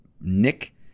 Nick